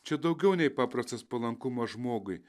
čia daugiau nei paprastas palankumas žmogui